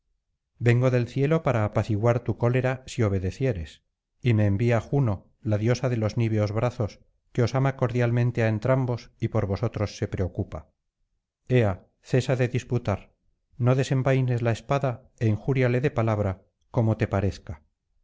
vengo del cielo para apaciguar tu cólera si obe lecieres y me envía juno la diosa de los niveos brazos que os ama cordialmente á entrambos y por vosotros se preocupa ea cesa de disputar no desenvaines la espada é injuríale de palabra como te parezca